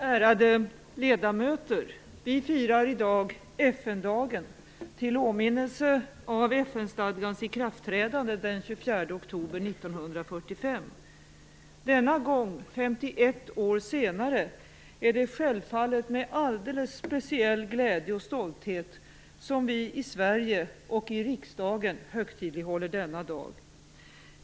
Ärade ledamöter! Vi firar i dag FN-dagen - till åminnelse av FN Denna gång - 51 år senare - är det självfallet med alldeles speciell glädje och stolthet vi i Sverige och i riksdagen högtidlighåller denna dag.